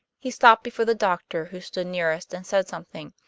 he stopped before the doctor, who stood nearest, and said something.